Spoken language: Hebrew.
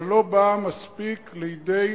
אבל לא באה מספיק לידי